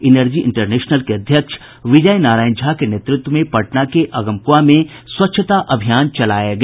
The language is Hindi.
इनर्जी इंटरनेशनल के अध्यक्ष विजय नारायण झा के नेतृत्व में पटना के अगमकुंआ में स्वच्छता अभियान चलाया गया